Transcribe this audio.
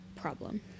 problem